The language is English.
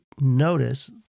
notice